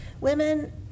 Women